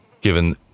Given